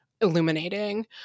illuminating